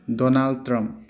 donald trump